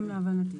גם להבנתי.